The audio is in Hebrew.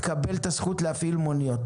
תקבל את הזכות להפעיל מוניות,